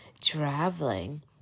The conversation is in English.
traveling